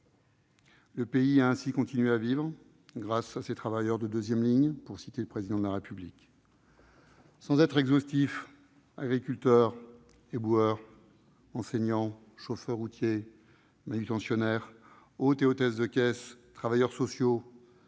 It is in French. Le pays a ainsi continué à vivre grâce à ces travailleurs de « deuxième ligne », pour citer le Président de la République : agriculteurs, éboueurs, enseignants, chauffeurs routiers, manutentionnaires, hôtes et hôtesses de caisse, travailleurs sociaux,